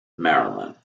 maryland